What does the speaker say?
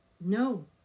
No